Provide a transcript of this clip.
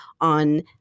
on